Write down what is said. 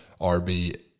RB